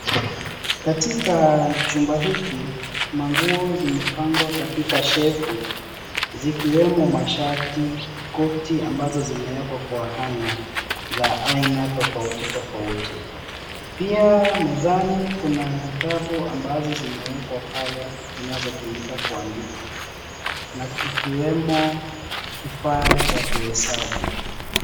Katika chumba hiki manguo zimepangwa katika shefu, zikiwemo mashati, koti ambazo zime wekwa kwa hanger za aina tofauti tofauti pia mezani kuna vitabu ambazo zimewekwa pale zinazo tumika kuandika na kikiwemo kifaa cha kuhesabu.